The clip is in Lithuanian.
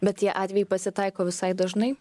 bet tie atvejai pasitaiko visai dažnai